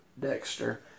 Dexter